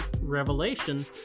Revelation